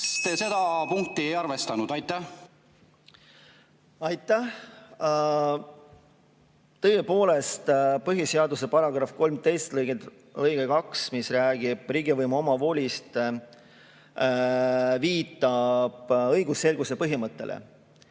te seda punkti ei arvestanud? Aitäh! Tõepoolest, põhiseaduse § 13 lõige 2, mis räägib riigivõimu omavolist, viitab õigusselguse põhimõttele.